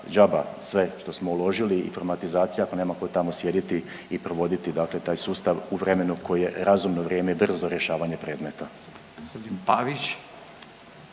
sve što smo uložili i informatizacija ako nema ko tamo sjediti i provoditi dakle taj sustav u vremenu koje je razumno vrijeme i brzo rješavanje predmeta.